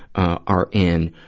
ah are in,